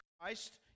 Christ